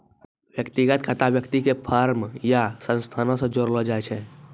व्यक्तिगत खाता व्यक्ति के फर्म या संस्थानो से जोड़लो जाय छै